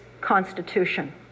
Constitution